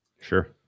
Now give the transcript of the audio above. Sure